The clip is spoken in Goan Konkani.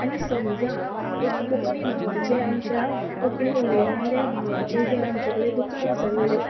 आनी समजा एक कोंकणी भावाचे आमच्या कोंकणी उलयणाऱ्या भावाचे जर आमचे कडेन दुकान आसा जाल्यार